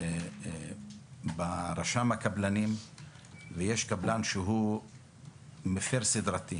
ברשם הקבלנים קבלן שהוא מפיר סדרתי